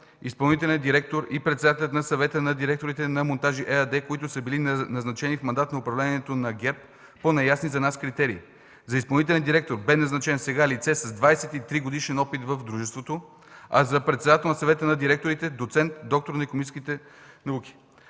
изпълнителният директор и председателят на Съвета на директорите на „Монтажи” ЕАД, които са били назначени в мандата на управлението на ГЕРБ по неясни за нас критерии. За изпълнителен директор бе назначено сега лице с двадесет и три годишен опит в дружеството, за председател на Съвета на директорите доцент, доктор на икономическите науки.